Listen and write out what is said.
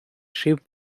шыв